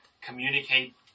communicate